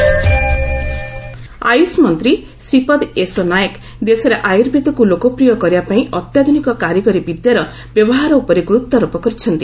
Ayurveda seminar AYUSH ମନ୍ତ୍ରୀ ଶ୍ରୀପଦ ୟେସୋ ନାଏକ୍ ଦେଶରେ ଆୟୁର୍ବେଦକୁ ଲୋକପ୍ରିୟ କରିବାପାଇଁ ଅତ୍ୟାଧୁନିକ କାରିଗରି ବଦ୍ୟାର ବ୍ୟବହାର ଉପରେ ଗୁରୁତ୍ୱାରୋପ କରିଛନ୍ତି